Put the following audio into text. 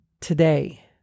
today